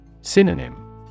Synonym